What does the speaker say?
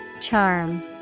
Charm